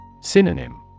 Synonym